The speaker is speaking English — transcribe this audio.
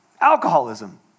Alcoholism